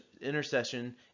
intercession